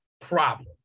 problem